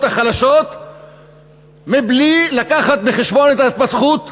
החלשות מבלי להביא בחשבון את ההתפתחות הכלכלית,